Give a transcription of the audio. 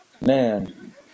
Man